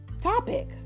topic